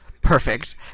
perfect